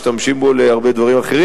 משתמשים בו להרבה דברים אחרים.